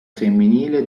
femminile